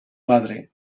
madre